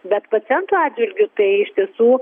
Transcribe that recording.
bet pacientų atžvilgiu tai iš tiesų